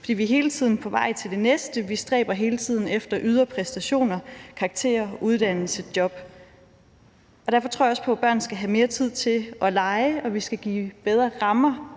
vi er hele tiden på vej til det næste. Vi stræber hele tiden efter ydre præstationer, karakterer, uddannelse, job. Derfor tror jeg også på, at børn skal have mere tid til at lege, og at vi skal give bedre rammer